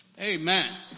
Amen